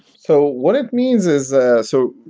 so what it means is ah so,